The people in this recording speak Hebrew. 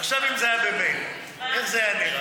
עכשיו, אם זה היה במייל, איך זה היה נראה?